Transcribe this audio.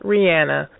Rihanna